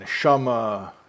neshama